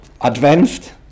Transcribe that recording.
advanced